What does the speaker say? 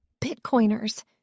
Bitcoiners